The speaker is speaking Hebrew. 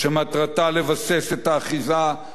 לבסס את האחיזה הציונית-המעשית